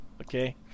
Okay